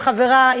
עם חברה,